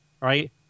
right